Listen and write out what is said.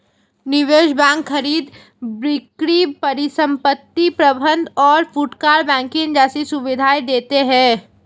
निवेश बैंक खरीद बिक्री परिसंपत्ति प्रबंध और फुटकर बैंकिंग जैसी सुविधायें देते हैं